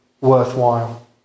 worthwhile